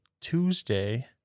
Tuesday